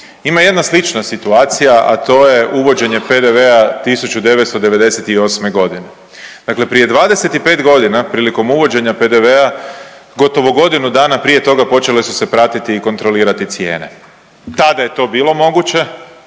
Ima jedna slična situacija, a to je uvođenje PDV-a 1998.g., dakle prije 25.g. prilikom uvođenja PDV-a gotovo godinu dana prije toga počele su se pratiti i kontrolirati cijene. Tada je to bilo moguće,